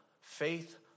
faith